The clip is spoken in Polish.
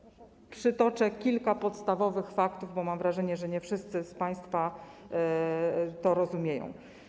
Przytoczę kilka podstawowych faktów, bo mam wrażenie, że nie wszyscy z państwa to rozumieją.